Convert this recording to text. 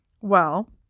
Well